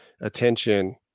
attention